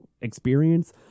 experience